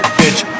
bitch